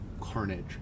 carnage